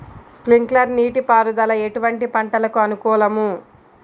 Sprinkler నీటిపారుదల ఎటువంటి పంటలకు అనుకూలము?